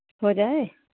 हो जाये